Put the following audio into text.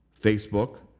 Facebook